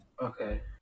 Okay